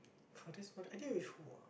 oh that's one I did with who ah